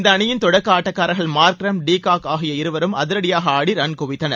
இந்த அணியின் தொடக்க ஆட்டக்காரர்கள் மார்ன்ரம் டி காக் ஆகிய இருவரும் அதிரடியாக ஆடி ரன் குவித்தனர்